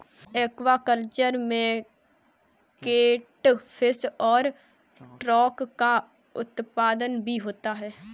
aquaculture में catfish और trout का उत्पादन भी होता है